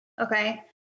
okay